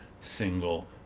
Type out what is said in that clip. single